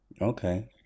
okay